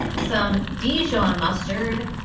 some dijon mustard,